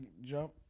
jump